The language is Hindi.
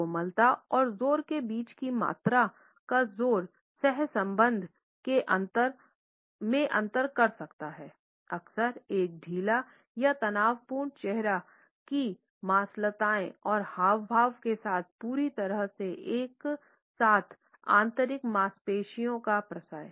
तो कोमलता और जोर के बीच की मात्रा का जोर सहसंबंध में अंतर कर सकता है अक्सर एक ढीला या तनावपूर्ण चेहरे की मांसलता और हावभाव के साथ पूरी तरह से एक साथ आंतरिक मांसपेशियों का प्रयास